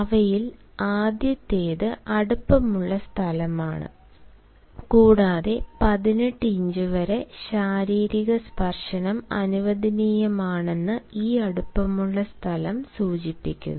അവയിൽ ആദ്യത്തേത് അടുപ്പമുള്ള സ്ഥലമാണ് കൂടാതെ 18 ഇഞ്ച് വരെ ശാരീരിക സ്പർശനം അനുവദനീയമാണെന്ന് ഈ അടുപ്പമുള്ള സ്ഥലം സൂചിപ്പിക്കുന്നു